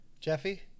Jeffy